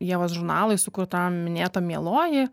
ievos žurnalui sukurtam minėto mieloji